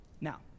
Now